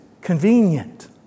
convenient